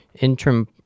Interim